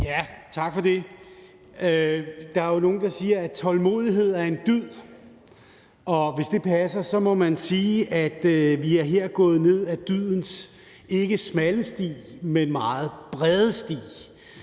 (S): Tak for det. Der er jo nogle, der siger, at tålmodighed er en dyd, og hvis det passer, må man sige, at vi her er gået ned ad dydens ikke smalle sti, men meget brede sti.